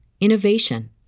innovation